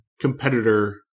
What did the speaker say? competitor